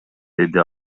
деди